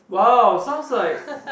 wow sounds like